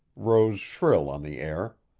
rose shrill on the air.